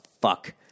fuck